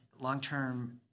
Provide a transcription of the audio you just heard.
long-term